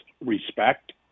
respect